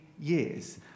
years